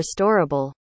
restorable